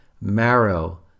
marrow